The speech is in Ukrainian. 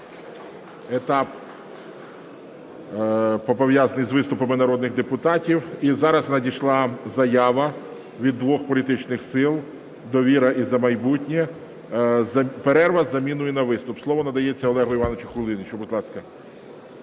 етап, пов'язаний з виступами народних депутатів. І зараз надійшла заява від двох політичних сил – "Довіра" і "За майбутнє" – перерва з заміною на виступ. Слово надається Олегу Івановичу Кулінічу.